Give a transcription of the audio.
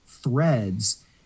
threads